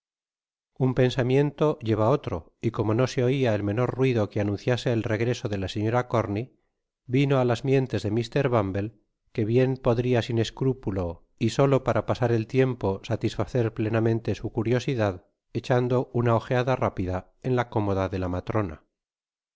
un pensamiento lleva otro y como no se oia el menor ruido que anunciase el regreso de la señora corney vino á las mientes de mr bumble que bien podria sin escrúpulo y solo para pasar el tiempo satisfacer plenamente su curiosidad echan do una ojeada rápida en la cómoda de la matrona